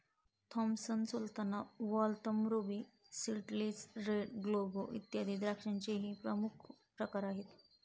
Thompson Sultana, Waltham, ruby seedless, red globe, इत्यादी द्राक्षांचेही प्रमुख प्रकार आहेत